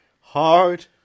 Hard